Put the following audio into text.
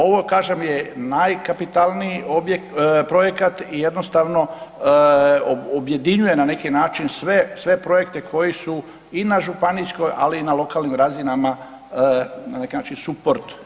Ovo kažem je najkapitalniji projekat i jednostavno objedinjuje na neki način sve projekte koji su i na županijskoj ali i na lokalnim razinama, na neki način suport njega.